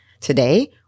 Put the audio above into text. Today